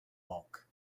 bulk